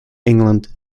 england